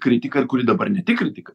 kritika ir kuri dabar ne tik kritika